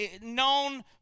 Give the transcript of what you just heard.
known